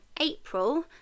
April